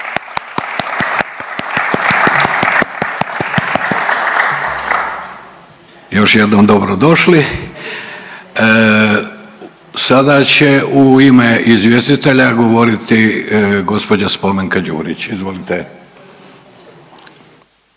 Još jednom dobrodošli. Sada će u ime izvjestitelja govoriti gđa. Spomenka Đurić, izvolite.